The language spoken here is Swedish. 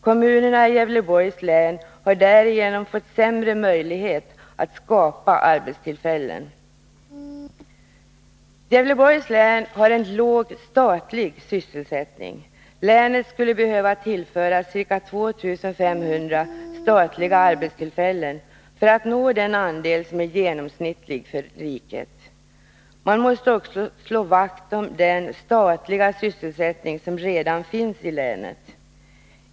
Kommunerna i Gävleborgs län har därigenom fått sämre möjligheter att skapa arbetstillfällen. Gävleborgs län har en låg statlig sysselsättning. Länet skulle behöva tillföras ca 2500 statliga arbetstillfällen för att nå den andel som är genomsnittlig för riket. Man måste också slå vakt om den statliga sysselsättning som redan finns i länet.